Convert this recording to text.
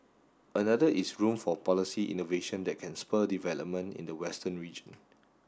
another is room for policy innovation that can spur development in the western region